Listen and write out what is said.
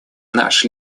наш